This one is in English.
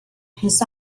his